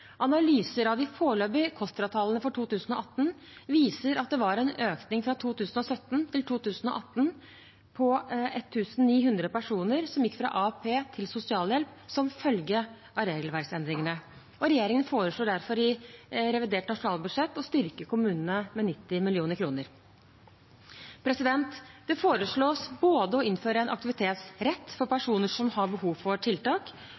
Analyser av de foreløpige KOSTRA-tallene for 2018 viser at det fra 2017 til 2018 var en økning på 1 900 personer som gikk fra AAP til sosialhjelp som følge av regelverksendringene. Regjeringen foreslår derfor i revidert nasjonalbudsjett å styrke kommunene med 90 mill. kr. Det foreslås både å innføre en aktivitetsrett for personer som har behov for tiltak,